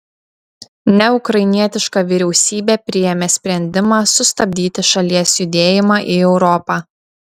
neukrainietiška vyriausybė priėmė sprendimą sustabdyti šalies judėjimą į europą